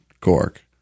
cork